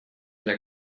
для